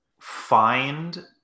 find